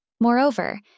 Moreover